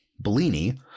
Bellini